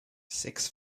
six